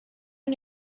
and